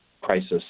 crisis